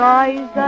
eyes